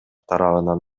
тарабынан